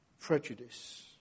Prejudice